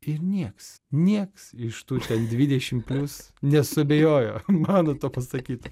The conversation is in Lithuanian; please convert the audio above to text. ir nieks nieks iš tų ten dvidešim plius nesuabejojo mano tuo pasakytu